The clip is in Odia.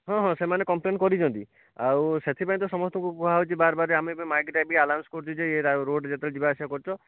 ହଁ ହଁ ସେମାନେ କମ୍ପ୍ଲେନ୍ କରିଛନ୍ତି ଆଉ ସେଥିପାଇଁ ତ ସମସ୍ତଙ୍କୁ କୁହାହେଉଛି ବାର ବାର ଆମେ ଏବେ ମାଇକ୍ରେ ଆନାଉନ୍ସ କରୁଛୁ ଯେ ରୋଡ଼୍ରେ ଯେତେବେଳେ ଯିବା ଆସିବା କରୁଛ